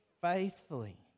faithfully